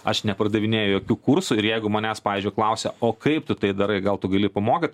aš nepardavinėju jokių kursų ir jeigu manęs pavyzdžiui klausia o kaip tu tai darai gal tu gali pamokyt